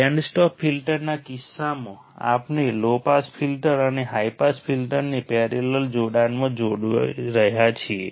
band stop ફિલ્ટરના કિસ્સામાં આપણે લો પાસ ફિલ્ટર અને હાઈ પાસ ફિલ્ટરને પેરેલલ જોડાણમાં જોડી રહ્યા છીએ